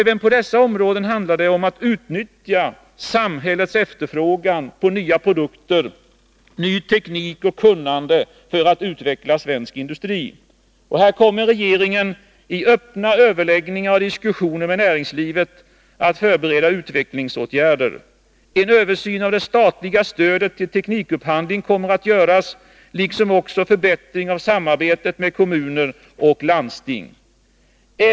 Även på dessa områden handlar det om att utnyttja samhällets efterfrågan på nya produkter, ny teknik och nytt kunnande, för att utveckla svensk industri. Regeringen kommer att i öppna diskussioner med näringslivet förbereda utvecklingsåtgärder. En översyn av det statliga stödet till teknikupphandling kommer att göras liksom en förbättring av samarbetet med kommuner och landsting skall eftersträvas.